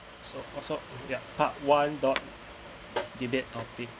so uh so yeah part one dot debate topic